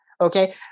okay